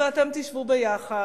ואתם תשבו יחד,